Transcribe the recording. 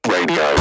Radio